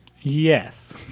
Yes